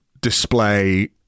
display